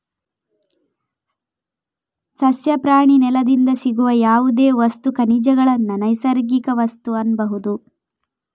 ಸಸ್ಯ, ಪ್ರಾಣಿ, ನೆಲದಿಂದ ಸಿಗುವ ಯಾವುದೇ ವಸ್ತು, ಖನಿಜಗಳನ್ನ ನೈಸರ್ಗಿಕ ವಸ್ತು ಅನ್ಬಹುದು